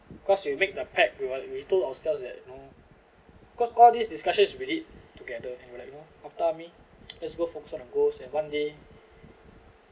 cause you make the pact we were we told ourselves that you know cause all these discussions we did together and we're like you know after army let's go focus on the goals and one day